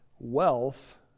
Wealth